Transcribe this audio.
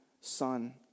son